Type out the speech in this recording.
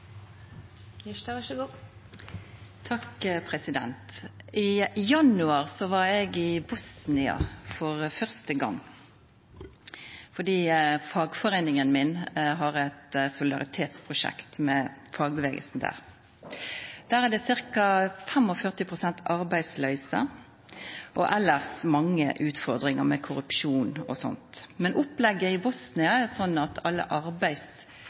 første gong, fordi fagforeininga mi har eit solidaritetsprosjekt med fagbevegelsen der. Der er det ca. 45 pst. arbeidsløyse og elles mange utfordringar, med korrupsjon osv. Men opplegget i Bosnia er slik at alle